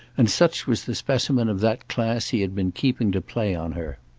and such was the specimen of that class he had been keeping to play on her.